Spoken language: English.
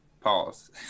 Pause